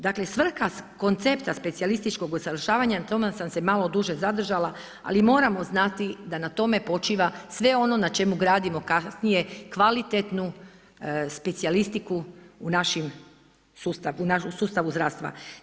Dakle, svrha koncepta specijalističkog usavršavanja, na tome sam se malo duže zadržala, ali moramo znati da na tome počiva sve ono na gradimo kasnije kvalitetu specijalistiku u našem sustavu zdravstvu.